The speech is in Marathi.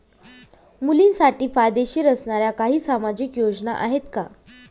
मुलींसाठी फायदेशीर असणाऱ्या काही सामाजिक योजना आहेत का?